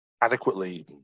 adequately